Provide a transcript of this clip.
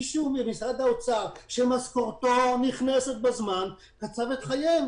ומישהו ממשרד האוצר שמשכורתו נכנסת בזמן קצב את חייהם.